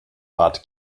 bat